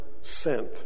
sent